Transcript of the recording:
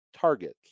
targets